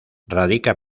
radica